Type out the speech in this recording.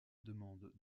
demande